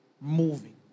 moving